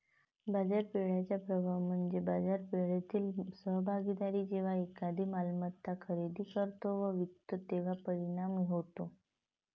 बाजारपेठेचा प्रभाव म्हणजे बाजारपेठेतील सहभागी जेव्हा एखादी मालमत्ता खरेदी करतो व विकतो तेव्हा परिणाम होतो